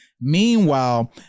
Meanwhile